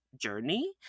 journey